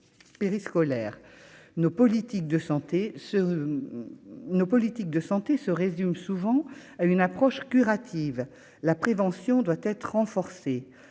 de santé ce nos politiques de santé se résume souvent à une approche curative la prévention doit être renforcée